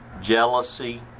jealousy